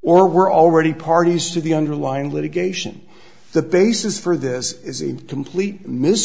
or were already parties to the underlying litigation the basis for this is a complete mis